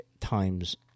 times